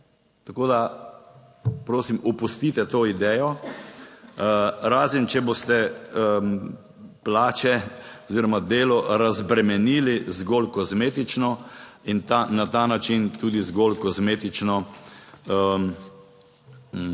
Tako, da prosim opustite to idejo, razen, če boste plače oziroma delo razbremenili zgolj kozmetično in na ta način tudi zgolj kozmetično povišali,